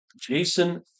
Jason